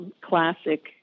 classic